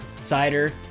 cider